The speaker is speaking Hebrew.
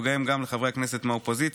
ובהם גם לחברי הכנסת מהאופוזיציה,